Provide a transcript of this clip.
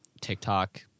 TikTok